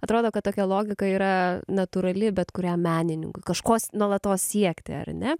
atrodo kad tokia logika yra natūrali bet kuriam menininkui kažko nuolatos siekti ar ne